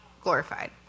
glorified